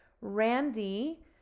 Randy